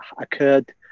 occurred